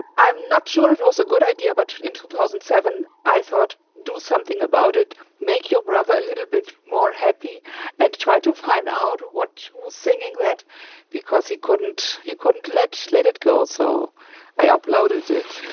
i'm not sure it and was a good idea. but in two thousand and seven i thought do something about it make your brother a little bit more happy and try to find out what was singing that because he couldn't he couldn't let let it go. so i uploaded it